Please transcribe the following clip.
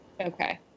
Okay